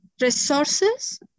resources